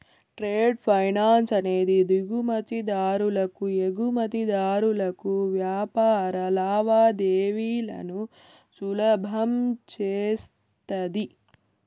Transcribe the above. trade finance అనేది దిగుమతి దారులు ఎగుమతిదారులకు వ్యాపార లావాదేవీలను సులభం చేస్తది